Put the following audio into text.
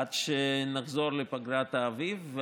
עד שנחזור מפגרת האביב.